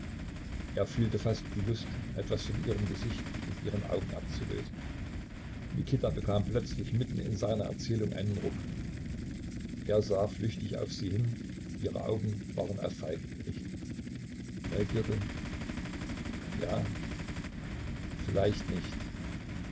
er fühlte fast die lust etwas von ihrem gesichte und ihren augen abzulösen mikita bekam plötzlich mitten in seiner erzählung einen ruck er sah flüchtig auf sie hin ihre augen waren auf falk gerichtet neugierde ja vielleicht nicht